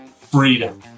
freedom